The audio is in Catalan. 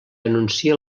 anuncia